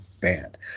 band